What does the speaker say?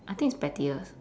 I think it's pettiest